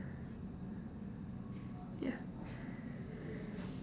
ya